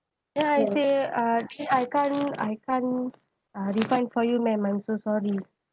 then I say uh then I can't I can't uh refund for you ma'am I'm so sorry